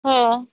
हो